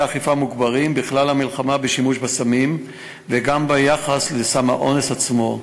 אכיפה מוגברים בכלל המלחמה בשימוש בסמים וגם ביחס לסם האונס עצמו.